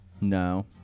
No